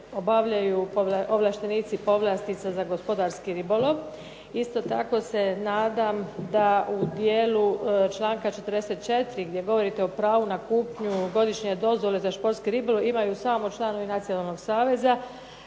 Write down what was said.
obavljaju ovlaštenici povlastica za gospodarski ribolov. Isto tako se nadam da u dijelu članka 44. gdje govorite o pravu na kupnju godišnje dozvole na športski ribolov imaju samo članovi Nacionalnog saveza